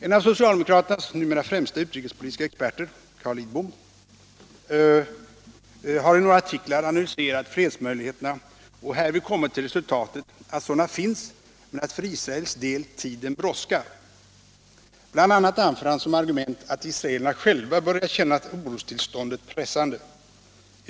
En av socialdemokraternas numera främsta utrikespolitiska experter, Carl Lidbom, har i några artiklar analyserat fredsmöjligheterna och därvid kommit till resultatet att sådana finns men att för Israels del tiden brådskar. Bl. a. anför han som argument att israelerna själva börjar känna orostillståndet pressande.